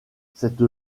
cette